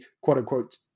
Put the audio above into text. quote-unquote